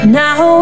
now